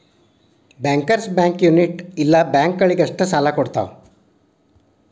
bankers bank community ಇಲ್ಲ ಬ್ಯಾಂಕ ಗಳಿಗಷ್ಟ ಸಾಲಾ ಕೊಡ್ತಾವ